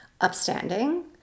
upstanding